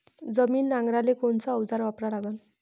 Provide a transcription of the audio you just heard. जमीन नांगराले कोनचं अवजार वापरा लागन?